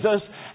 Jesus